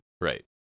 Right